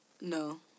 No